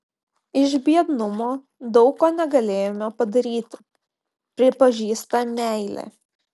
iš biednumo daug ko negalėjome padaryti pripažįsta meilė